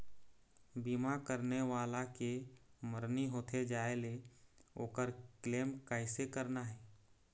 बीमा करने वाला के मरनी होथे जाय ले, ओकर क्लेम कैसे करना हे?